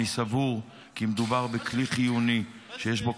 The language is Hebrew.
אני סבור כי מדובר בכלי חיוני שיש בו